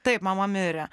taip mama mirė